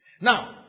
Now